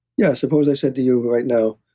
yeah. suppose i said to you right now,